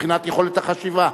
מבחינת יכולת החשיבה,